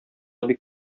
бик